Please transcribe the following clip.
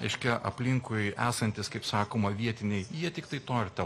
reiškia aplinkui esantys kaip sakoma vietiniai jie tiktai to ir te